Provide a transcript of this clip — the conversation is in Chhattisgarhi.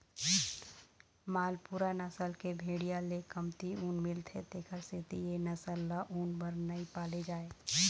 मालपूरा नसल के भेड़िया ले कमती ऊन मिलथे तेखर सेती ए नसल ल ऊन बर नइ पाले जाए